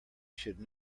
should